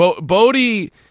Bodie